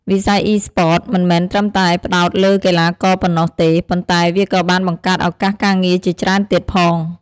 វិស័យ Esports មិនមែនត្រឹមតែផ្ដោតលើកីឡាករប៉ុណ្ណោះទេ ប៉ុន្តែវាក៏បានបង្កើតឱកាសការងារជាច្រើនទៀតផង។